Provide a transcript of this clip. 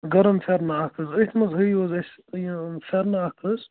گَرَم پھٮ۪رنا اکھ حظ أتھۍ منٛز ہٲوِو حظ اَسہِ پھٮ۪رنا اَکھ حظ